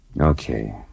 Okay